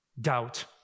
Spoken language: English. doubt